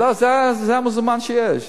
זה המזומן שיש,